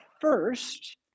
first